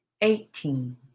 eighteen